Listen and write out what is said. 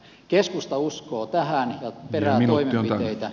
keskusta uskoo tähän ja perää toimenpiteitä